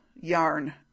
yarn